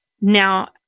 Now